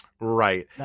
Right